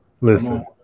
listen